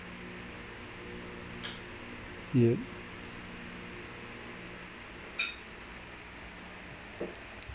ya